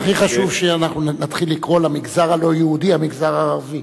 הכי חשוב שאנחנו נתחיל לקרוא למגזר הלא-יהודי "המגזר הערבי".